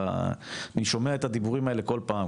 אני שומע את הדיבורים האלה כל פעם,